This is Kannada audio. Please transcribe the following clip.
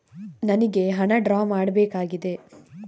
ನನಿಗೆ ಹಣ ಡ್ರಾ ಮಾಡ್ಬೇಕಾಗಿದೆ